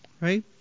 right